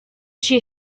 she